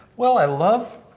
well, i love.